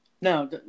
No